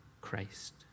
Christ